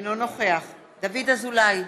אינו נוכח דוד אזולאי,